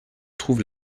trouve